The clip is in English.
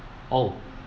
oo